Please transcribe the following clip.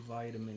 Vitamin